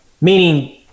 Meaning